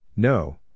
No